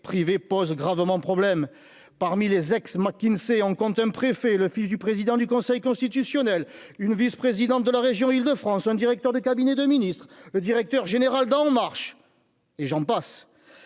privés pose gravement problème parmi les ex-McKinsey en compte un préfet, le fils du président du Conseil constitutionnel, une vice-présidente de la région Île-de-France, un directeur de cabinet de ministre, le directeur général d'en marche et j'en passe